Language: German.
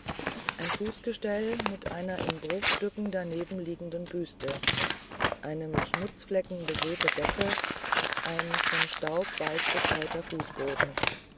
ein fußgestell mit einer in bruchstücken daneben liegenden büste eine mit schmutzflecken besäte decke ein von staub weißbestreuter fußboden